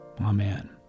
Amen